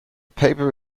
paper